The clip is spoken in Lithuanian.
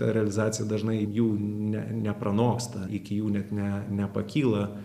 realizacija dažnai jų ne nepranoksta iki jų net ne nepakyla